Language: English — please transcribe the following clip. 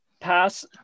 pass